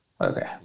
Okay